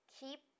keep